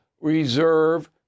reserve